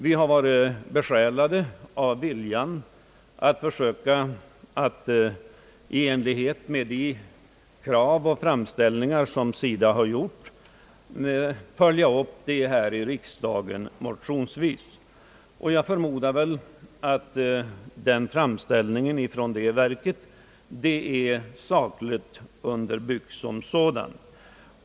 Vi har varit besjälade av viljan att genom riksdagsmotioner följa upp de krav och framställningar som SIDA har gjort — och jag förmodar att framställningarna från SIDA är sakligt underbyggda.